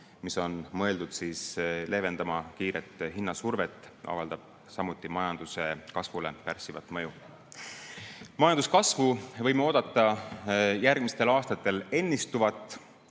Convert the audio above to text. mis on mõeldud leevendama kiiret hinnasurvet, avaldab samuti majanduse kasvule pärssivat mõju. Majanduskasvu võime oodata järgmistel aastatel ennistuvat.